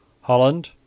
Holland